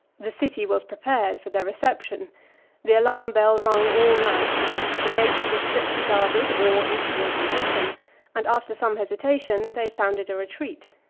the city was prepared for their reception the alarm-bell rung all night the gates were strictly guarded, or insolently open and after some hesitation they sounded a retreat.